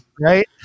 Right